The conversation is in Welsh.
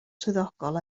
swyddogol